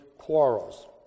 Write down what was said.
quarrels